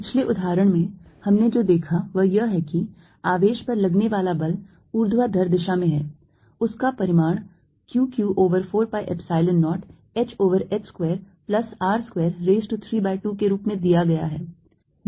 पिछले उदाहरण में हमने जो देखा वह यह है कि आवेश पर लगने वाला बल ऊर्ध्वाधर दिशा में है उसका परिमाण Q q over 4 pi epsilon 0 h over h square plus R square raise to 3 by 2 के रूप में दिया गया है